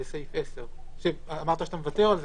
בסעיף 10. אמרת שאתה מוותר על זה.